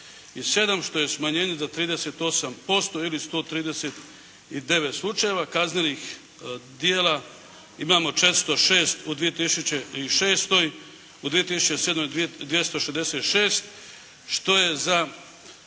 što je smanjenje za 38% ili 139 slučajeva kaznenih djela. Imamo 406 u 2006. U 2007. 266 što je za